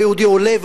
לא יהודי עולה,